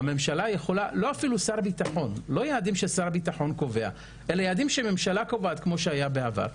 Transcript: ולא יעדים ששר הביטחון קובע אלא יעדים שממשלה קובעת כמו שהיה בעבר,